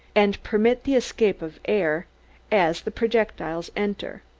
and permit the escape of air as the projectiles enter.